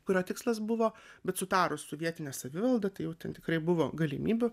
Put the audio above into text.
kurio tikslas buvo bet sutarus su vietine savivalda tai jau ten tikrai buvo galimybių